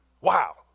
Wow